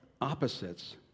opposites